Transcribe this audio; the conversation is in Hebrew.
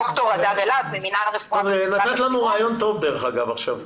ד"ר --- נתת לנו רעיון טוב עכשיו.